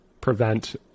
prevent